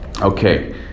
Okay